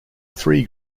three